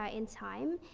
ah in time.